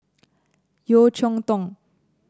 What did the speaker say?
Yeo Cheow Tong